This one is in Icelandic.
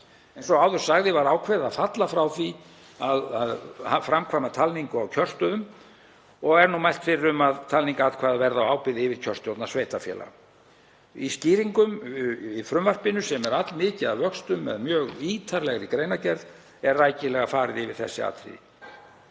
Eins og áður sagði var ákveðið að falla frá því að framkvæma talningu á kjörstöðum og er nú mælt fyrir um að talning atkvæða verði á ábyrgð yfirkjörstjórna sveitarfélaga. Í skýringum í frumvarpinu, sem er allmikið að vöxtum með mjög ítarlegri greinargerð, er rækilega farið yfir þessi atriði.